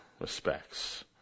respects